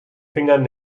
fingern